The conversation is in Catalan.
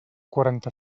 quaranta